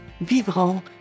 vivront